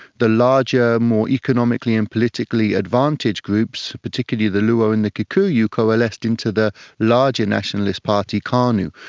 the larger more economically and politically advantaged groups, particularly the luo and the kikuyu, coalesced into the larger nationalist party kanu.